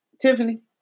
Tiffany